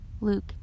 Luke